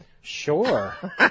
Sure